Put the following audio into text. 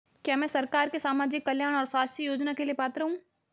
क्या मैं सरकार के सामाजिक कल्याण और स्वास्थ्य योजना के लिए पात्र हूं?